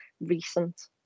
recent